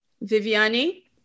Viviani